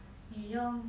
女佣